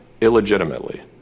illegitimately